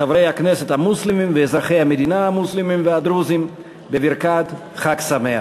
חברי הכנסת המוסלמים ואזרחי המדינה המוסלמים והדרוזים בברכת חג שמח.